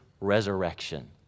resurrection